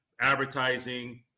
advertising